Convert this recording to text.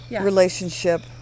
relationship